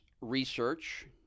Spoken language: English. research